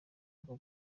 bwa